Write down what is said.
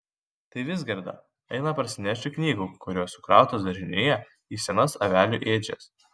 tai vizgirda eina parsinešti knygų kurios sukrautos daržinėje į senas avelių ėdžias